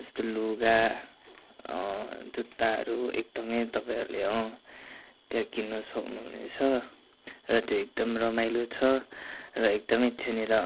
जस्तो लुगा जुत्ताहरू एकदमै तपाईँहरूले त्यहाँ किन्न सक्नुहुनेछ र त्यो एकदम रमाइलो छ र एकदमै त्यहाँनिर